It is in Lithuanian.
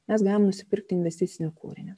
mes galim nusipirkti investicinį kūrinį